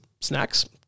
snacks